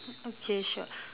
okay sure